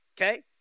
okay